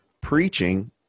Preaching